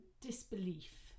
disbelief